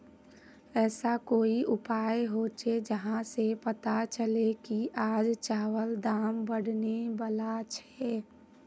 ऐसा कोई उपाय होचे जहा से पता चले की आज चावल दाम बढ़ने बला छे?